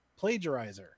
plagiarizer